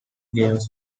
games